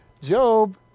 Job